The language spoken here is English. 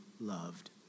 loved